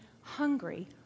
hungry